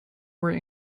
were